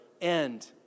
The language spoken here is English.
end